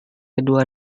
kedua